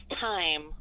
time